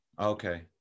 Okay